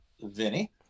Vinny